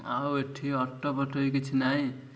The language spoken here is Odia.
ଆଉ ଏଠି ଅଟୋ ପଟୋ ବି କିଛି ନାହିଁ